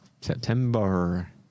September